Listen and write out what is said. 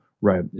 right